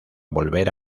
volver